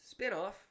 Spinoff